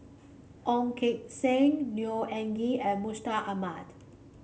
Ong Keng Sen Neo Anngee and Mustaq Ahmad